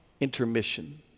intermission